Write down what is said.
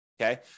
Okay